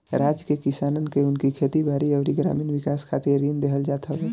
राज्य के किसानन के उनकी खेती बारी अउरी ग्रामीण विकास खातिर ऋण देहल जात हवे